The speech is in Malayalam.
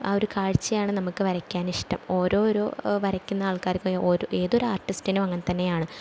ആ ഒരു കാഴ്ചയാണ് നമ്മൾക്ക് വരയ്ക്കാൻ ഇഷ്ടം ഓരോരോ വരയ്ക്കുന്ന ആൾക്കാർക്ക് ഓരൊ ഏതൊരു ആർട്ടിസ്റ്റിനും അങ്ങനെ തന്നെയാണ്